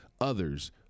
others